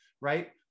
right